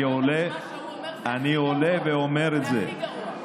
אני עולה ואומר, הוא אומר, זה הכי גרוע.